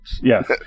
Yes